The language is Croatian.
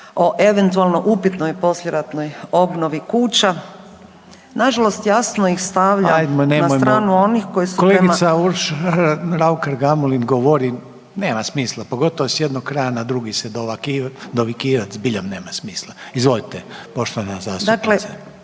o eventualno upitnoj poslijeratnoj kuća, nažalost jasno ih stavlja… **Reiner, Željko (HDZ)** Ajmo, nemojmo, kolegica Urša raukar Gamulin govori, nema smisla, pogotovo s jednog kraja na drugi se dovikivati, zbilja nema smisla, Izvolite, poštovana zastupnice.